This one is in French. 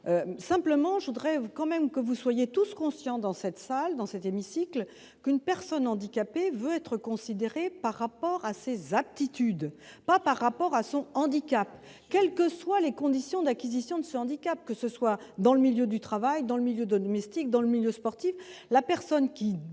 simplement, je voudrais vous quand même que vous soyez tous conscient dans cette salle, dans cet hémicycle, qu'une personne handicapée veut être considérée par rapport à ses aptitudes, pas par rapport à son handicap, quelles que soient les conditions d'acquisition de ce handicap, que ce soit dans le milieu du travail dans le milieu domestique dans le milieu sportif, la personne qui